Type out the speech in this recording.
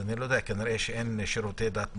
אני לא יודע, כנראה שאין שירותי דת מוסלמיים,